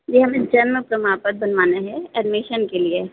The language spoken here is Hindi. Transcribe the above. जी हमे जन्म प्रमाण पत्र बनवाने हैं अडमीशन के लिए